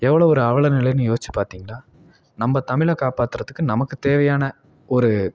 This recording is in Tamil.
எவ்வளோ ஒரு அவலநிலைன்னு யோசித்து பார்த்திங்களா நம்ம தமிழை காப்பாற்றுறதுக்கு நமக்கு தேவையான ஒரு